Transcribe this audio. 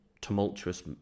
tumultuous